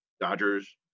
Dodgers